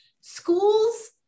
schools